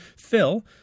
Phil